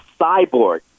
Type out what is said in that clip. Cyborg